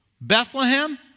Bethlehem